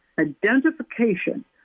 identification